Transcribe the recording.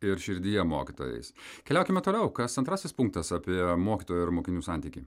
ir širdyje mokytojais keliaukime toliau kas antrasis punktas apie mokytojo ir mokinių santykį